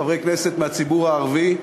חברי כנסת מהציבור הערבי,